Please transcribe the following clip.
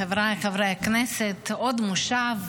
חבריי חברי הכנסת, עוד מושב,